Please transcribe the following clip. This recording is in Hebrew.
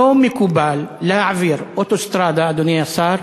לא מקובל להעביר אוטוסטרדה, אדוני השר,